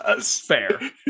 fair